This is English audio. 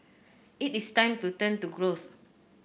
it is time to turn to growth